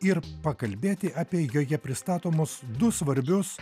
ir pakalbėti apie joje pristatomus du svarbius